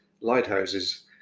lighthouses